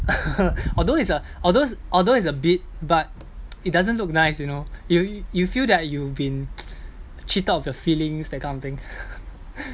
although it's a although although it's a bit but it doesn't look nice you know you you feel that you've been cheated of your feelings that kind of thing